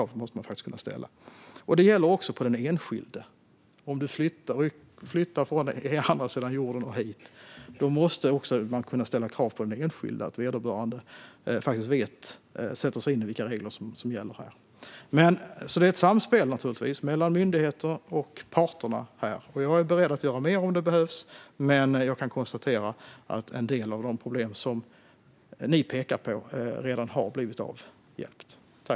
Vi måste kunna ställa krav på att den som flyttar hit från andra sidan jorden sätter sig in i vilka regler som gäller här. Det är alltså ett samspel mellan myndigheterna och parterna. Jag är beredd att göra mer om det behövs, men jag konstaterar att en del av de problem som ni pekar på redan har blivit avhjälpta.